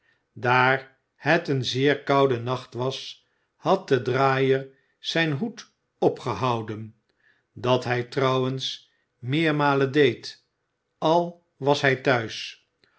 daar het een zeer koude nacht was had de draaier zijn hoed opgehouden dat hij trouwens meermalen deed al was hij thuis